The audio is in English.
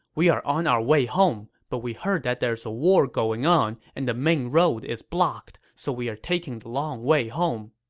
we are on our way home, but we heard that there's a war going on, and the main road is blocked. so we're taking the long way home.